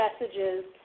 messages